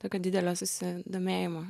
tokio didelio susi domėjimo